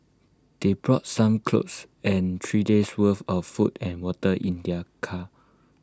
they brought some clothes and three days' worth of food and water in their car